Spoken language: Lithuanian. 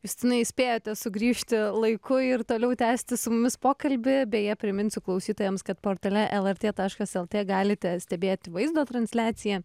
justinai spėjate sugrįžti laiku ir toliau tęsti su mumis pokalbyje beje priminsiu klausytojams kad portale lrt taškas lt galite stebėti vaizdo transliaciją